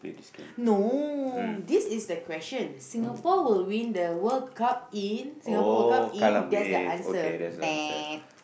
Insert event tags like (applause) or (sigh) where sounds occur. no this is the question Singapore will win the World-Cup in Singapore-World-Cup in that's the answer (noise)